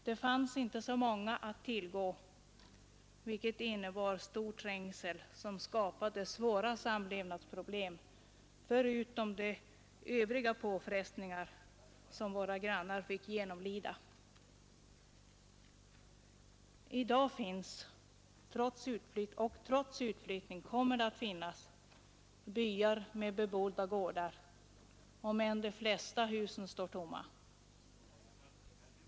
Det fanns inte så många att tillgå, vilket innebar stor trängsel, som skapade svåra samlevnadsproblem förutom de övriga påfrestningar som våra grannar fick genomlida. I dag finns — och trots utflyttning kommer det att finnas — byar med bebodda gårdar, om än de flesta husen står tomma.